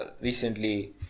recently